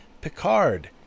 Picard